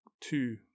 two